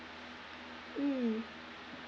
mm